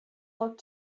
looked